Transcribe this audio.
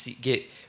get